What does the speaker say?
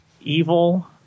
evil